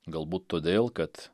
galbūt todėl kad